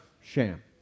sham